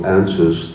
answers